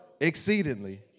exceedingly